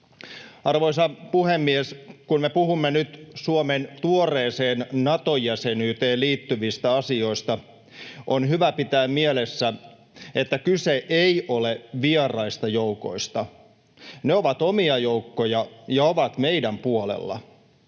Arvoisa puhemies! Kun me puhumme nyt Suomen tuoreeseen Nato-jäsenyyteen liittyvistä asioista, on hyvä pitää mielessä, että kyse ei ole vieraista joukoista. Ne ovat omia joukkoja ja ovat meidän puolellamme.